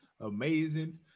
amazing